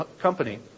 company